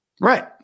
Right